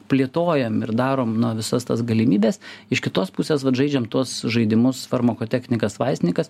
plėtojam ir darom nu visas tas galimybes iš kitos pusės vat žaidžiam tuos žaidimus farmakotechnikas vaistininkas